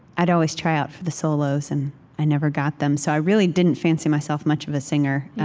i'd always try out for the solos, and i never got them. so i really didn't fancy myself much of a singer.